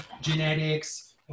genetics